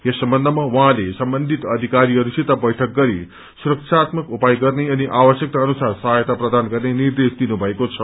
यस सम्बन्धमा उहाँले सम्बन्धित अधिकारीहरूसित बैठक गरी सुरक्षात्मक उपाय गर्ने अनि आवश्यकता अनुसार सहायता प्रदान गर्ने निर्देश दिनु भएको छ